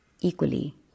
equally